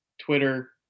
Twitter